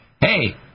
hey